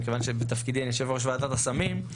בגלל שבתפקידי אני יו"ר ועדת הסמים,